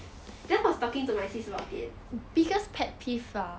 that day I was talking to my sis about it